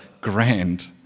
grand